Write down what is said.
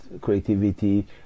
creativity